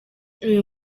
uyu